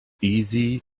easy